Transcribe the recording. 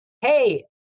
Hey